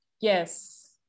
yes